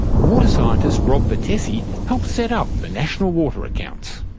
water scientist rob vertessy helped set up the national water accounts.